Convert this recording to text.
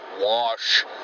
wash